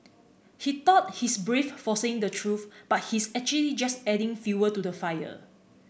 he thought he's brave for saying the truth but he's actually just adding fuel to the fire